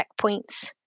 checkpoints